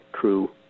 true